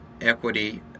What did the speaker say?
equity